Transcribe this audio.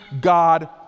God